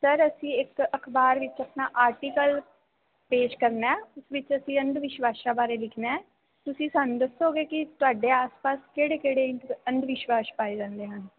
sir ਅਸੀਂ ਇੱਕ ਅਖ਼ਬਾਰ ਵਿੱਚ ਆਪਣਾ ਆਰਟੀਕਲ ਪੇਸ਼ ਕਰਨਾ ਹੈ ਉਸ ਵਿੱਚ ਅਸੀਂ ਅੰਧ ਵਿਸਵਾਸ਼ਾਂ ਬਾਰੇ ਲਿਖਣਾ ਹੈ ਤੁਸੀਂ ਸਾਨੂੰ ਦੱਸੋਗੇ ਕਿ ਤੁਹਾਡੇ ਆਸ ਪਾਸ ਕਿਹੜੇ ਕਿਹੜੇ ਇੰਧ ਅੰਧ ਵਿਸ਼ਵਾਸ਼ ਪਾਏ ਜਾਂਦੇ ਹਨ